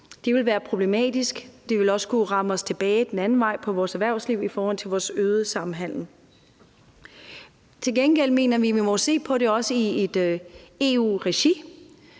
Det ville være problematisk. Det ville også kunne ramme os tilbage den anden vej, altså ramme vores erhvervsliv i forhold til vores øgede samhandel. Til gengæld mener vi, at vi må se på det i et EU-regi.